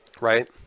right